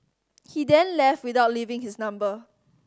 he then left without leaving his number